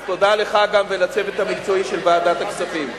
תודה לך ולצוות המקצועי של ועדת הכספים.